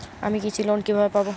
আমি কৃষি লোন কিভাবে পাবো?